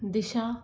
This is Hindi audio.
दिशा